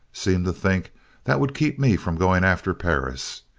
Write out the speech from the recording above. seemed to think that would keep me from going after perris.